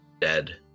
dead